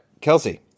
Kelsey